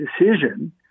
decision